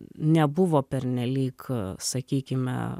nebuvo pernelyg sakykime